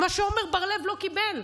מה שעמר בר-לב לא קיבל.